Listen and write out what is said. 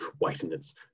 maintenance